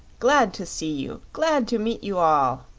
glad to see you glad to meet you all!